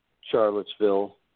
Charlottesville